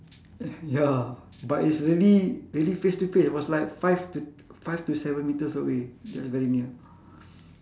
ya but it's really really face to face it was like five t~ five to seven metres away that's very near